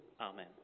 Amen